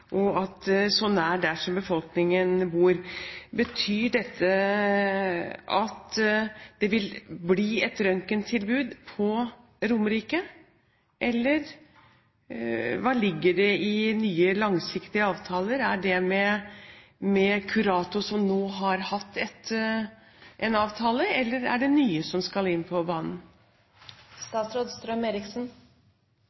og at det er nær der befolkningen bor. Betyr dette at det vil bli et røntgentilbud på Romerike, eller hva ligger det i nye langsiktige avtaler? Er det med Curator, som nå har hatt en avtale, eller er det nye som skal inn på